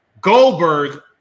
Goldberg